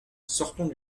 sortons